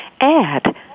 add